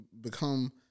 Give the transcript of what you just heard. become